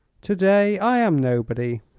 to-day i am nobody.